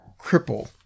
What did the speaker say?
Cripple